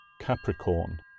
Capricorn